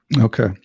okay